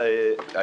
מאיר, תדבר.